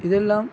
ഇതെല്ലാം